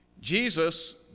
Jesus